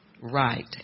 right